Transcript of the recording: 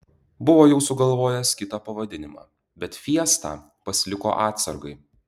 buvo jau sugalvojęs kitą pavadinimą bet fiestą pasiliko atsargai